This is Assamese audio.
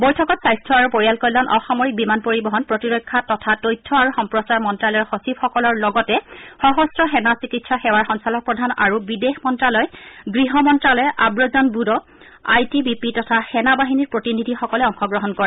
বৈঠকত স্বাস্থ্য আৰু পৰিয়াল কল্যাণ অসামৰিক বিমান পৰিবহণ প্ৰতিৰক্ষা তথা তথ্য আৰু সম্প্ৰচাৰ মন্ত্যালয়ৰ সচিবসকলৰ লগতে সশস্ত্ৰ সেনা চিকিৎসা সেৱাৰ সঞ্চালকপ্ৰধান আৰু বিদেশ মন্ত্যালয় গহ মন্ত্যালয় আব্ৰজন ব্যৰ আই টি বি পি তথা সেনা বাহিনীৰ প্ৰতিনিধিসকলে অংশগ্ৰহণ কৰে